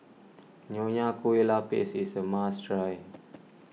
Nonya Kueh Lapis is a must try